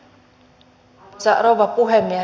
arvoisa rouva puhemies